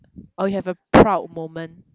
oh you have a proud moment